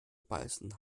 beißen